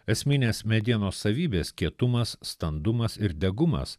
esminės medienos savybės kietumas standumas ir degumas